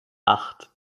acht